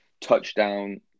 touchdown